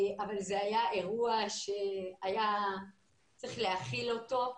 אבל זה היה אירוע שצריך להכיל אותו.